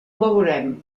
veurem